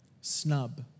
snub